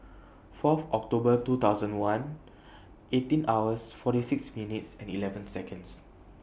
four October two thousand one eighteen hours forty six minutes and eleven Seconds